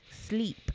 sleep